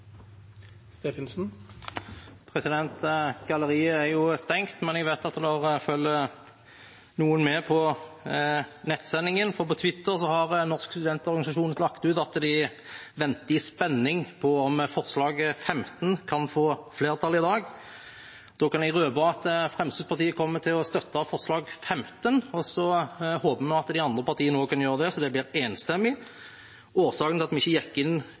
Galleriet er jo stengt, men jeg vet at noen følger med på nettsendingen, for på Twitter har Norsk studentorganisasjon lagt ut at de venter i spenning på om forslag nr. 15 kan få flertall i dag. Da kan jeg røpe at Fremskrittspartiet kommer til å støtte forslag nr. 15, og så håper vi at de andre partiene også kan gjøre det, så det blir enstemmig. Årsaken til at vi ikke gikk inn